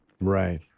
Right